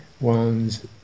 one's